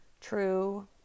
true